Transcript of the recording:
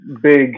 big